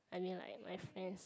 I mean like my friends